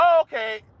Okay